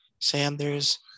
Sanders